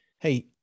Hey